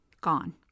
gone